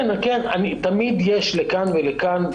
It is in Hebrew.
תמיד יש לכאן ולכאן.